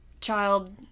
child